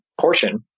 portion